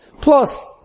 Plus